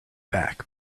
back